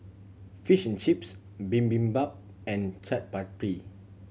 Fish and Chips Bibimbap and Chaat Papri